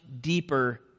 deeper